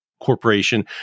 corporation